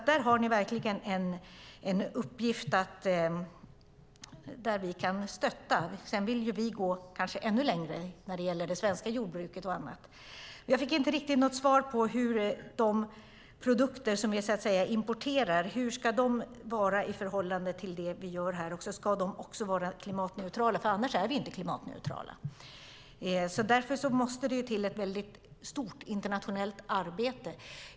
Där har ni verkligen en uppgift där vi kan stötta, men sedan vill vi kanske gå ännu längre när det gäller det svenska jordbruket och annat. Jag fick inte riktigt svar på hur de produkter som vi importerar ska vara i förhållande till det vi gör här. Ska de också vara klimatneutrala, för annars är vi inte klimatneutrala? Därför måste det till ett mycket stort internationellt arbete.